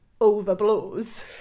overblows